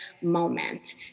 moment